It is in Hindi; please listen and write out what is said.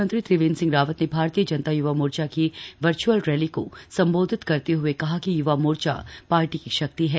मुख्यमंत्री त्रिवेंद्र सिंह रावत ने भारतीय जनता युवा मोर्चा की वर्चअल रैली को सम्बोधित करते हए कहा कि य्वा मोर्चा पार्टी की शक्ति है